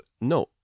no